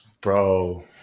bro